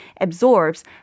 absorbs